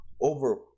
over